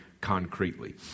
concretely